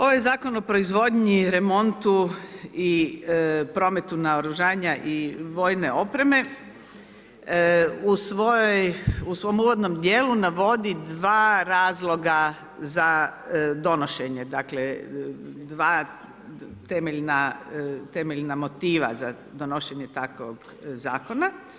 Ovaj zakon o proizvodnji, remontu i prometu naoružanja i dvojine opreme, u svojem uvodnom dijelu, navodi 2 razloga za donošenje, dakle, dva temeljna motiva za donošenje takvog zakona.